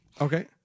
Okay